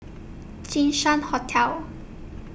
Jinshan Hotel